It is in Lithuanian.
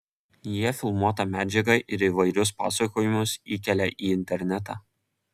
jie filmuotą medžiagą ir įvairius pasakojimus įkelia į internetą